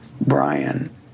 Brian